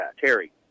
Terry